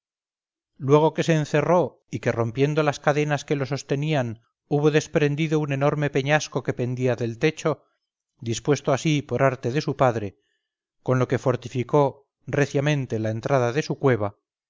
luego que se encerró y que rompiendo las cadenas que lo sostenían hubo desprendido un enorme peñasco que pendía del techo dispuesto así por arte de su padre con lo que fortificó reciamente la entrada de su cueva